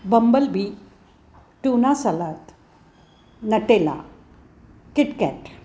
bumblebee tuna salad Nutella KitKat